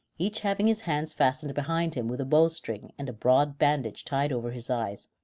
each having his hands fastened behind him with a bow-string and a broad bandage tied over his eyes,